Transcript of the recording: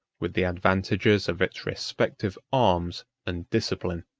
with the advantages of its respective arms and discipline.